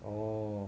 orh